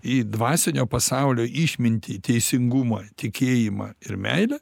į dvasinio pasaulio išmintį teisingumą tikėjimą ir meilę